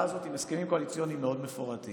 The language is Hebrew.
הזאת עם הסכמים קואליציוניים מפורטים מאוד.